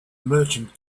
merchant